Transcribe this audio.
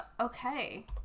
okay